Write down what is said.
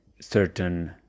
certain